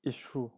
it's true